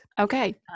Okay